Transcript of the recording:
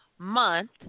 month